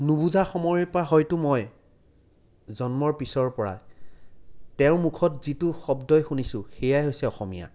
নুবুজা সময়ৰ পৰা হয়তো মই জন্মৰ পিছৰ পৰা তেওঁৰ মুখত যিটো শব্দই শুনিছোঁ সেয়াই হৈছে অসমীয়া